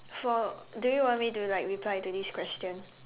for do you want me do you like reply to this question